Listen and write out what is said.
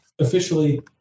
officially